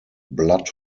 blood